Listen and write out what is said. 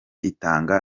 itanga